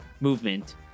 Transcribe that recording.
movement